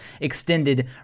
extended